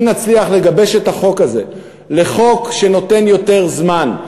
אם נצליח לגבש את החוק הזה לחוק שנותן יותר זמן,